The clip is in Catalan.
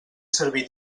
servir